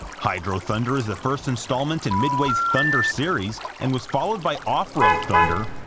hydro thunder is the first installment in midway's thunder series, and was followed by offroad thunder